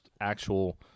actual